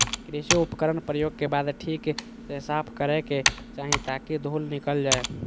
कृषि उपकरण प्रयोग के बाद ठीक से साफ करै के चाही ताकि धुल निकल जाय